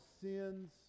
sins